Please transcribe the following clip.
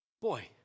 Boy